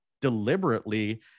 deliberately